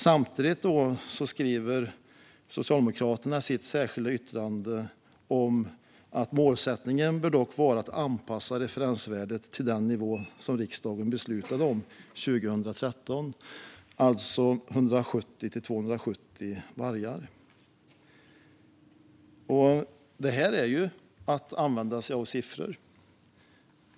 Samtidigt skriver Socialdemokraterna i sitt särskilda yttrande att målsättningen bör vara att anpassa referensvärdet till den nivå riksdagen beslutade om 2013, alltså 170-270 vargar. Detta är att använda sig av siffror.